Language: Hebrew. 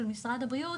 של משרד הבריאות,